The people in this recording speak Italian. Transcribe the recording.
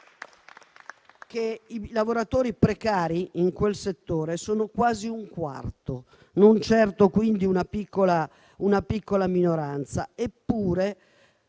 che i lavoratori precari in quel settore sono quasi un quarto, non certo quindi una piccola minoranza. Eppure